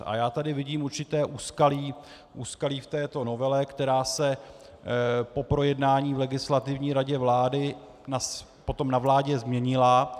A já tady vidím určité úskalí v této novele, která se po projednání v Legislativní radě vlády potom na vládě změnila.